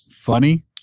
funny